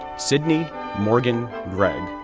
sydney morgan gregg,